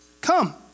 come